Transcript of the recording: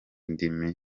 ndimi